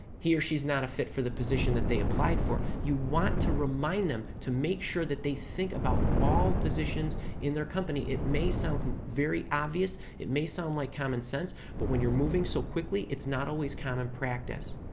he or she's not a fit for the position that they applied for. you want to remind them to make sure that they think about all positions in their company. it may sound very obvious, it may sound like common sense, but when you're moving so quickly it's not always common practice.